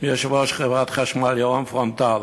מיושב-ראש חברת חשמל, יפתח רון-טל.